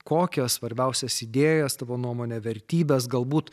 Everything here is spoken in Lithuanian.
kokias svarbiausias idėjas tavo nuomone vertybes galbūt